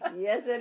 Yes